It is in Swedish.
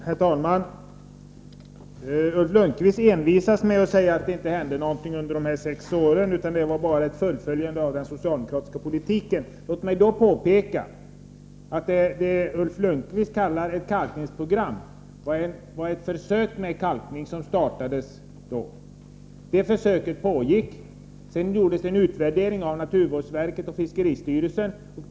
Herr talman! Ulf Lönnqvist envisas med att säga att det inte hände något under de sex borgerliga regeringsåren, utan att det bara var fråga om ett fullföljande av den socialdemokratiska politiken. Låt mig påpeka att det som Ulf Lönnqvist kallar för ett kalkningsprogram var ett försök med kalkning som startade. Försöket utvärderades sedan av naturvårdsverket och fiskeristyrelsen.